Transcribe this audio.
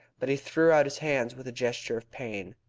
but he threw out his hands with a gesture of pain.